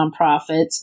nonprofits